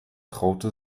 traute